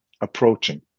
approaching